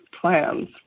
plans